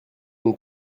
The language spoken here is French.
une